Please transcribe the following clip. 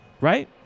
right